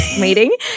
meeting